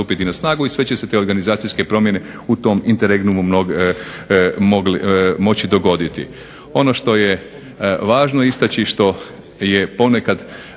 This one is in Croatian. stupiti na snagu i sve će se te organizacijske promjene u tom interegnumu moći dogoditi. Ono što je važno istaći i što je ponekad